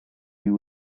you